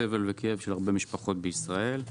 סבל וכאב של הרבה משפחות בישראל.